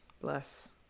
Bless